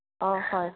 অঁ হয়